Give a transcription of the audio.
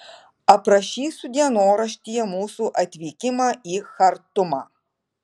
aprašysiu dienoraštyje mūsų atvykimą į chartumą